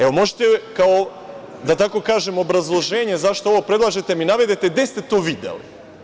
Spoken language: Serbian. Evo, možete kao, da tako kažem, obrazloženje zašto ovo predlažete da mi navedete gde ste to videli?